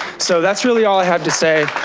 so that's really all i have to say,